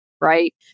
right